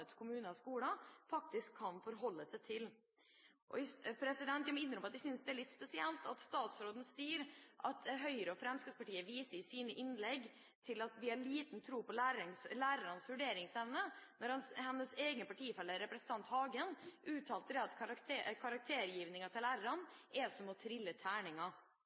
kommuner og skoler faktisk kan forholde seg til. Jeg må innrømme at jeg synes det er litt spesielt at statsråden sier at Høyre og Fremskrittspartiet i sine innlegg viser at vi har liten tro på lærernes vurderingsevne når hennes egen partifelle, representanten Hagen, uttalte at lærernes karaktergivning er som å trille